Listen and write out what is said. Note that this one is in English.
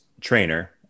trainer